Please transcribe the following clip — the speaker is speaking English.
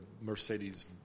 mercedes